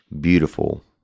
beautiful